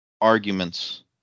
arguments